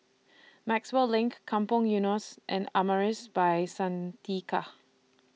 Maxwell LINK Kampong Eunos and Amaris By Santika